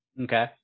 Okay